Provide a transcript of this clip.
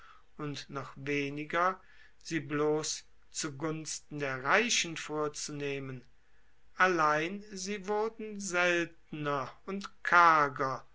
und noch weniger sie bloss zu gunsten der reichen vorzunehmen allein sie wurden seltener und karger